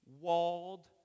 walled